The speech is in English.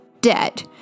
dead